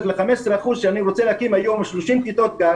ל-15% כשאני רוצה להקים היום 30 כיתות גן